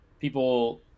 people –